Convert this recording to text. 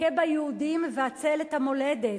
הכה ביהודים והצל את המולדת.